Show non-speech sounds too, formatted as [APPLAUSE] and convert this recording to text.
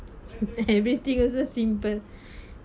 everything [LAUGHS] also simple [BREATH]